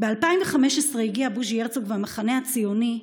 "ב-2015 הגיעו בוז'י הרצוג והמחנה הציוני,